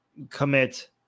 commit